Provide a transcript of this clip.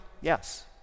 Yes